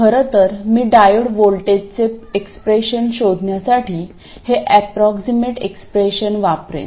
खरं तर मी डायोड व्होल्टेजचे एक्सप्रेशन शोधण्यासाठी हे ऍप्रॉक्सीमेंट एक्सप्रेशन वापरेन